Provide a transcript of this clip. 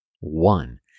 one